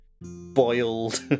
Boiled